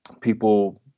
people